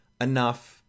enough